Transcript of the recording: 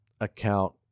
account